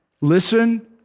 Listen